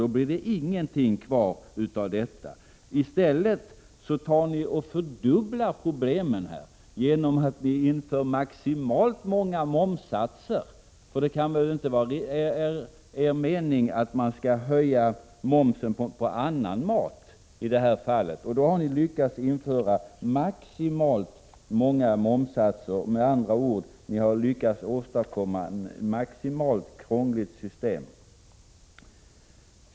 Då blir det ingenting kvar. I stället fördubblar ni problemen genom att införa maximalt många momssatser, för 115 det kan väl inte vara er mening att man i detta fall skall höja momsen på annan mat. Då har ni lyckats införa maximalt många momssatser. Med andra ord, ni har lyckats åstadkomma ett maximalt krångligt system.